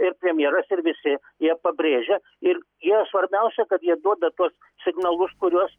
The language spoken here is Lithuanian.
ir premjeras ir visi jie pabrėžia ir jie svarbiausia kad jie duoda tuos signalus kuriuos